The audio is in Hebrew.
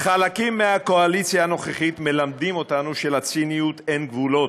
חלקים מהקואליציה הנוכחית מלמדים אותנו שלציניות אין גבולות,